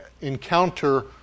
encounter